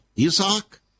Isaac